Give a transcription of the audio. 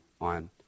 on